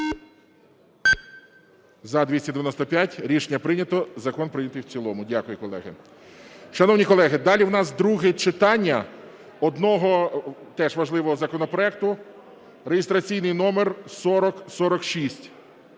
За-295 Рішення прийнято. Закон прийнятий в цілому. Дякую, колеги. Шановні колеги, далі в нас друге читання одного теж важливого законопроекту (реєстраційний номер 4046).